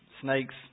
snakes